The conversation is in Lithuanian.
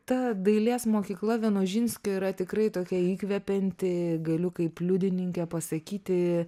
ta dailės mokykla vienožinskio yra tikrai tokia įkvepianti galiu kaip liudininkė pasakyti